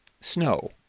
Snow